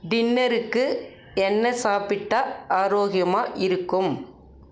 டின்னருக்கு என்ன சாப்பிட்டால் ஆரோக்கியமாக இருக்கும்